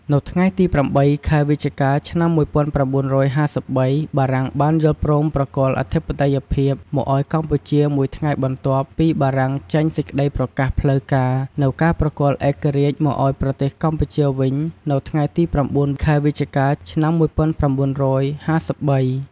នៅថ្ងៃទី៨ ខែវិច្ឆិកា ឆ្នាំ ១៩៥៣ បារាំងបានយល់ព្រមប្រគល់អធិបតេយ្យភាពមកឱ្យកម្ពុជា មួយថ្ងៃបន្ទាប់ពីបារាំងចេញសេចក្ដីប្រកាសផ្លូវការណ៍ នូវការប្រគល់ឯករាជ្យមកឱ្យប្រទេសកម្ពុជាវិញ នៅថ្ងៃទី៩ ខែវិច្ឆិកា ឆ្នាំ ១៩៥៣ ។